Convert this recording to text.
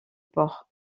port